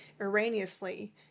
erroneously